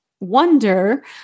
wonder